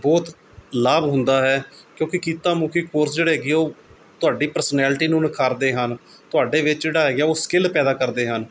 ਬਹੁਤ ਲਾਭ ਹੁੰਦਾ ਹੈ ਕਿਉਂਕਿ ਕਿੱਤਾ ਮੁੱਖੀ ਕੋਰਸ ਜਿਹੜੇ ਹੈਗੇ ਹੈ ਉਹ ਤੁਹਾਡੀ ਪ੍ਰਸਨੈਲਟੀ ਨੂੰ ਨਿਖਾਰਦੇ ਹਨ ਤੁਹਾਡੇ ਵਿੱਚ ਜਿਹੜਾ ਹੈਗਾ ਉਹ ਸਕਿੱਲ ਪੈਦਾ ਕਰਦੇ ਹਨ